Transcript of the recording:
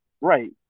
Right